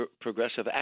progressive